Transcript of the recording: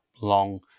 long